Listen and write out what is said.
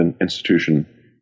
institution